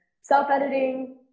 self-editing